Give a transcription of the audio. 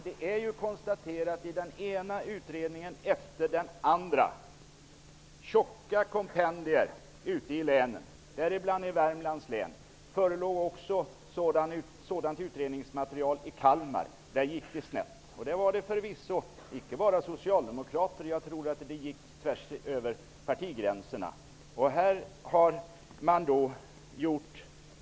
Det har av den ena utredningen efter den andra -- i tjocka kompendier -- ute i länen, däribland i Värmlands län, konstaterats att detta är möjligt. Det förelåg också ett sådant utredningsmaterial i Kalmar, där det gick snett. Det var förvisso icke bara socialdemokrater som berördes, utan det gick tvärs över partigränserna.